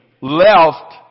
left